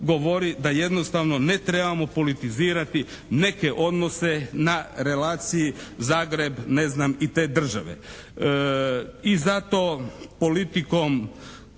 govori da jednostavno ne trebamo politizirati neke odnose na relaciji Zagreb ne znam i te države. I zato politikom